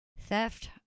theft